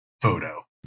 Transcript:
photo